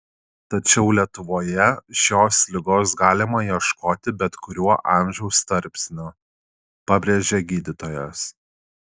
tačiau lietuvoje šios ligos galima ieškoti bet kuriuo amžiaus tarpsniu pabrėžia gydytojas